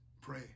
pray